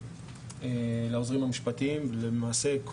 ולמעשה,